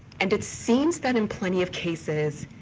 and it seems that in plenty of cases,